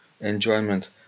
enjoyment